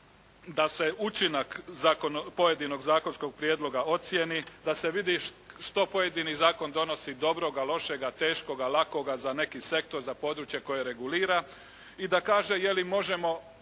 da se učinak pojedinog zakonskog prijedloga ocijeni, da se vidi što pojedini zakon donosi dobroga, lošega, teškoga, lakoga za neki sektor, za područje koje regulira. I da kaže je li možemo